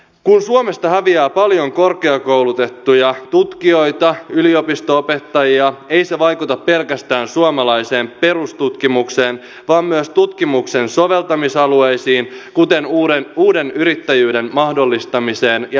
kun suomesta häviää paljon korkeakoulutettuja tutkijoita yliopisto opettajia ei se vaikuta pelkästään suomalaiseen perustutkimukseen vaan myös tutkimuksen soveltamisalueisiin kuten uuden yrittäjyyden mahdollistamiseen ja innovaatioihin